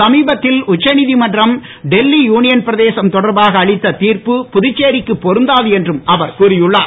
சமீபத்தில் உச்சநீதிமன்றம் டெல்லி யூனியன் பிரதேசம் தொடர்பாக அளித்த திர்ப்பு புதுச்சேரிக்கு பொருந்தாது என்றும் அவர் கூறி உள்ளார்